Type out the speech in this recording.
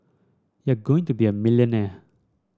you're going to be a millionaire